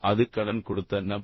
அது கடன் கொடுத்த நபரா